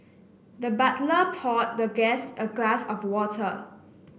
the butler poured the guest a glass of water